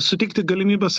suteikti galimybes